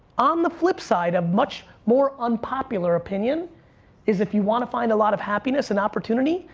on the flip side, a much more unpopular opinion is if you wanna find a lot of happiness and opportunity,